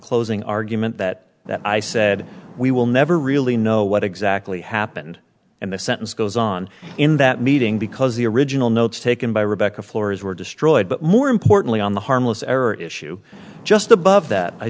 closing argument that that i said we will never really know what exactly happened and the sentence goes on in that meeting because the original notes taken by rebecca floors were destroyed but more importantly on the harmless error issue just above that i